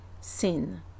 sin